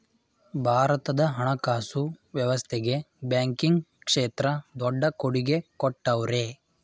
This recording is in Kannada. ಭಾರತದ ಹಣಕಾಸು ವ್ಯವಸ್ಥೆಗೆ ಬ್ಯಾಂಕಿಂಗ್ ಕ್ಷೇತ್ರ ದೊಡ್ಡ ಕೊಡುಗೆ ಕೊಟ್ಟವ್ರೆ